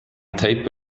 type